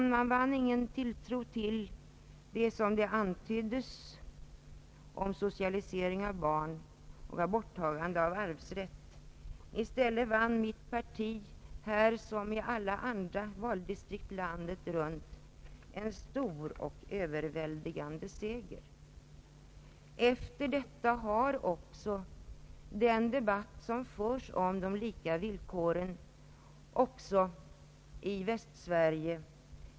Man vann ingen tilltro till det som antyddes om socialisering av barn och borttagande av arvsrätt. I stället vann mitt parti här liksom i alla andra valdistrikt landet runt en stor och överväldigande seger. Härefter har också den debatt som förs om de lika villkoren vridits rätt i Västsverige.